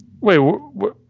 Wait